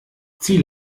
zieh